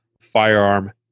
firearm